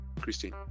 Christine